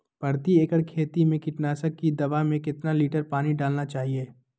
प्रति एकड़ खेती में कीटनाशक की दवा में कितना लीटर पानी डालना चाइए?